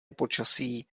počasí